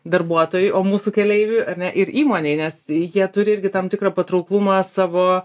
darbuotojui o mūsų keleiviui ar ne ir įmonei nes jie turi irgi tam tikrą patrauklumą savo